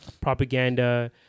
propaganda